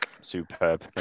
Superb